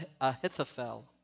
Ahithophel